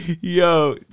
Yo